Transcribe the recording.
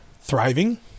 thriving